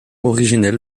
originel